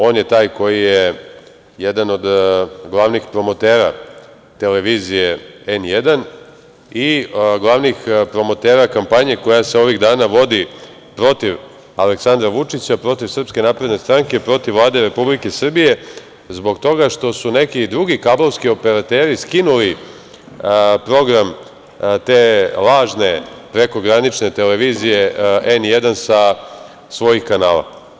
On je taj koji je jedan od glavnih promotera televizije „N1“ i glavnih promotera kampanje koja se ovih dana vodi protiv Aleksandra Vučića, protiv SNS, protiv Vlade Republike Srbije zbog toga što su neki drugi kablovski operateri skinuli program te lažne prekogranične televizije „N1“ sa svojih kanala.